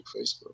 Facebook